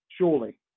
surely